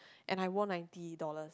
and I won ninety dollar